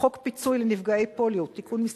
חוק פיצוי לנפגעי פוליו (תיקון מס'